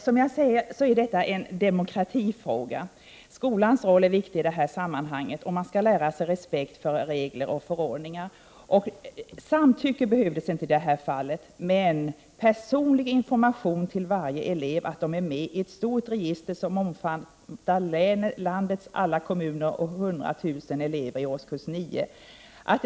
Fru talman! Detta är en demokratifråga, som jag sade. Skolans roll är viktig i det här sammanhanget. Eleverna skall lära sig att ha respekt för regler och förordningar. Samtycke behövdes inte i det här fallet, men personlig information till varje elev om att de alla finns med i ett stort register som omfattar landets alla kommuner med 100 000 elever i årskurs 9 borde ha gått ut.